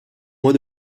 mois